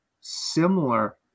similar